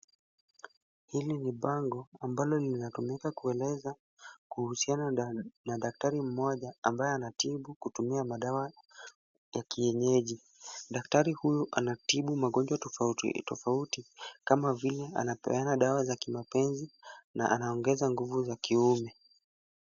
Hili ni bango ambalo linatumika kueleza kuhusiana na daktari mmoja ambaye anatibu kutumia madawa ya kienyeji. Daktari huyu anatibu magonjwa tofauti tofauti kama vile anapeana dawa za kimapenzi na anaongeza nguvu za kiume.